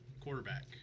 Quarterback